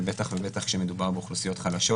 ובטח ובטח כשמדובר באוכלוסיות חלשות,